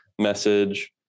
message